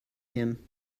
him